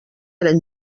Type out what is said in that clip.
eren